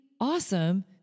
awesome